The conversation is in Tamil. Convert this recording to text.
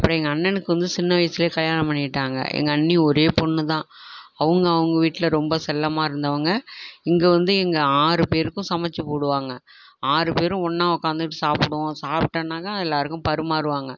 அப்பறம் எங்கள் அண்ணனுக்கு வந்து சின்ன வயசுலேயே கல்யாணம் பண்ணிவிட்டாங்க எங்கள் அண்ணி ஒரே பொண்ணுதான் அவங்க அவங்க வீட்டில் ரொம்ப செல்லமாக இருந்தவங்க இங்கே வந்து இங்கே ஆறு பேருக்கும் சமைத்து போடுவாங்க ஆறு பேரும் ஒன்னாக உக்காந்துட்டு சாப்பிடுவோம் சாப்பிட்டனாக்கா எல்லோருக்கும் பரிமாறுவாங்க